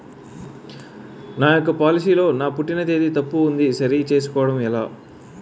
నా యెక్క పోలసీ లో నా పుట్టిన తేదీ తప్పు ఉంది సరి చేసుకోవడం ఎలా?